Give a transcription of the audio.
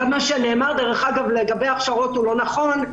גם מה שנאמר לגבי ההכשרות לא נכון.